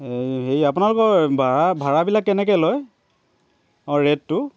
হেৰি আপোনালোকৰ ভাড়া ভাড়াবিলাক কেনেকৈ লয় অঁ ৰেটটো